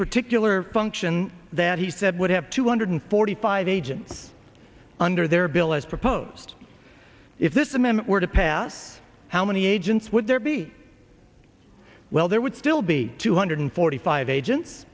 particular function that he said would have two hundred forty five agents under their bill as proposed if this a man were to pass how many agents would there be well there would still be two hundred forty five agents